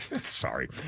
Sorry